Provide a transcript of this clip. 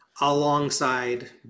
alongside